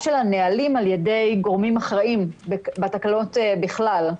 של הנהלים על ידי גורמים אחראים בתקנות בכלל.